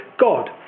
God